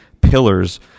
pillars